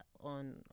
on